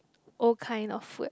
old kind of food